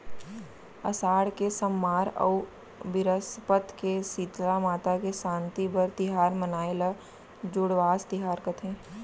असाड़ के सम्मार अउ बिरस्पत के सीतला माता के सांति बर तिहार मनाई ल जुड़वास तिहार कथें